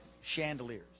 chandeliers